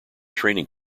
training